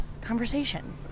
conversation